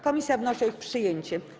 Komisje wnoszą o ich przyjęcie.